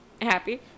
happy